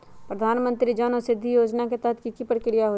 प्रधानमंत्री जन औषधि योजना के तहत की की प्रक्रिया होई?